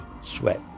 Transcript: sweat